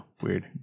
Weird